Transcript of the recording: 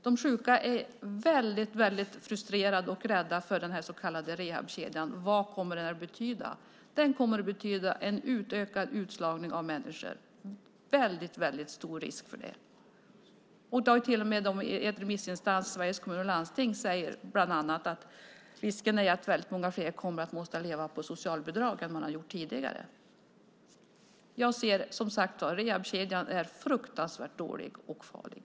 De sjuka är väldigt frustrerade och rädda för den så kallade rehabkedjan. Vad kommer den att betyda? Det är en väldigt stor risk för att den kommer att betyda en ökad risk för utslagning av människor. Remissinstansen Sveriges Kommuner och Landsting säger bland annat att risken är att väldigt många fler kommer att behöva leva på socialbidrag än tidigare. Rehabkedjan är fruktansvärt dålig och farlig.